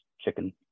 chicken